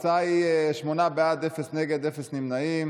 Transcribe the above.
התוצאה היא שמונה בעד, אפס נגד, אפס נמנעים.